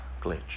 glitch